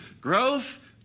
growth